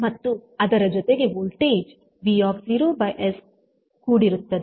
ಮತ್ತು ಅದರ ಜೊತೆಗೆ ವೋಲ್ಟೇಜ್ v⁄s ಕೂಡಿರುತ್ತದೆ